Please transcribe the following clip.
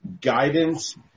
guidance